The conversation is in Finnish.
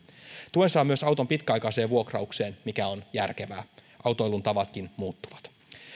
tuen saa myös auton pitkäaikaiseen vuokraukseen mikä on järkevää autoilun tavatkin muuttuvat